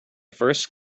first